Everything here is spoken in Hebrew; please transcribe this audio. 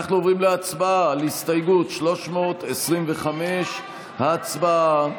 אנחנו עוברים להצבעה על הסתייגות 325. הצבעה.